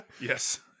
yes